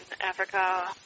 Africa